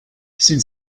sind